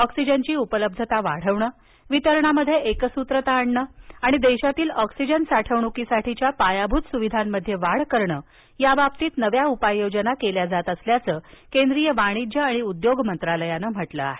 ऑक्सिजनची उपलब्धता वाढवणं वितरणामध्ये एकसूत्रता आणणं आणि देशातील ऑक्सिजन साठवणुकीसाठीच्या पायाभूत सुविधांमध्ये वाढ करणं याबाबतीत नव्या उपाययोजना केल्या जात असल्याचं केंद्रीय वाणिज्य आणि उद्योग मंत्रालयानं म्हटलं आहे